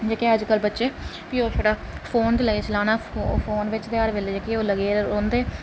जेह्के अज्जकल बच्चे फोन चलाना फोन बिच ते हर बेल्लै रौंह्दे अदे